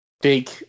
big